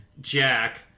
jack